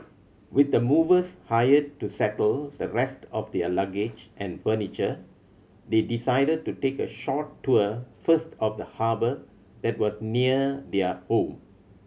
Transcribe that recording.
with the movers hired to settle the rest of their luggage and furniture they decided to take a short tour first of the harbour that was near their home